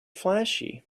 flashy